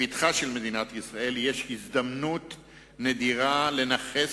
לפתחה של מדינת ישראל יש הזדמנות נדירה לנכס